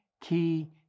key